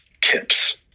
tips